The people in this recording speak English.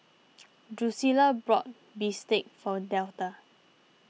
Drucilla bought Bistake for Delta